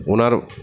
ওঁর